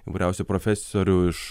įvairiausių profesorių iš